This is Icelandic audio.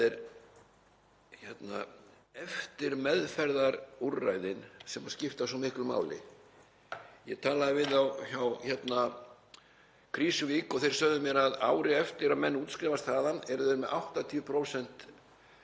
Það eru eftirmeðferðarúrræðin sem skipta svo miklu máli. Ég talaði við þá hjá Krýsuvík og þeir sögðu mér að ári eftir að menn útskrifast þaðan væru þeir með 80%